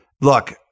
Look